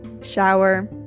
shower